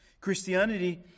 Christianity